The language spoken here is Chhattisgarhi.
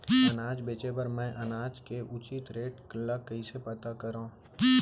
अनाज बेचे बर मैं अनाज के उचित रेट ल कइसे पता करो?